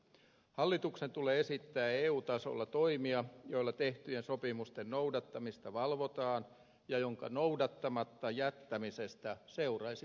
hallituksen tulee esittää eu tasolla toimia joilla tehtyjen sopimusten noudattamista valvotaan ja niiden noudattamatta jättämisestä seuraisi sanktioita